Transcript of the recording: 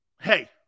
Hey